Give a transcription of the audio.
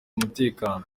umutekano